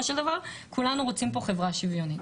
של דבר כולנו רוצים פה חברה שוויונית.